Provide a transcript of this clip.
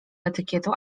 etykietą